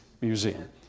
Museum